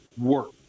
work